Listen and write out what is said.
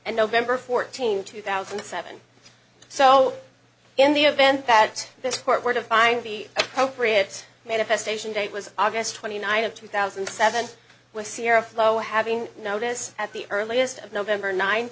and nov fourteenth two thousand and seven so in the event that this court were to find the appropriate manifestation date was august twenty ninth of two thousand and seven with sierra flow having notice at the earliest of november nin